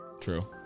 True